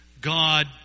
God